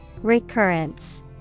Recurrence